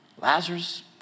Lazarus